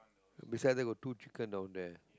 beside that got two chicken down there